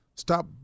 Stop